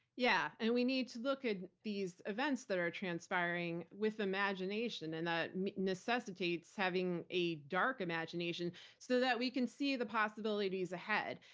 yeah. and we need to look at these events that are transpiring with imagination, and that necessitates having a dark imagination so that we can see the possibilities ahead.